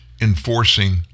enforcing